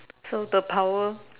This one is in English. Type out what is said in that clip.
so the power